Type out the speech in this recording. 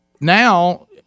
now